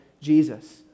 Jesus